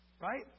right